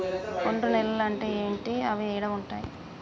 ఒండ్రు నేలలు అంటే ఏంటి? అవి ఏడ ఉంటాయి?